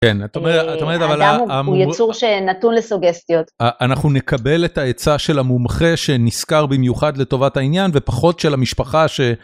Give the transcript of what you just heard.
כן, את אומרת, אבל האמונות... האדם הוא יצור שנתון לסוגסטיות. אנחנו נקבל את העצה של המומחה שנשכר במיוחד לטובת העניין, ופחות של המשפחה ש...